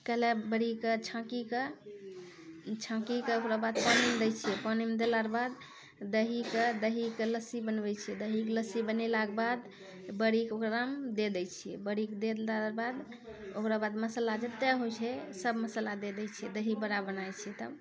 कएलऽ बड़ी क छाँकी कऽ छाँकी के ओकराबाद पानी मे दै छियै पानी मे देला के बाद दही के दही के लस्सी बनबै छियै दही के लस्सी बनेला के बाद बड़ी के ओकरामे दे दै छियै बड़ी के दे देला के बाद ओकराबाद मशाला जते होइ छै सब मशाला दे दै छियै दही बड़ा बनाए छियै तब